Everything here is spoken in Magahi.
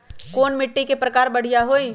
कोन मिट्टी के प्रकार बढ़िया हई?